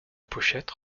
pochette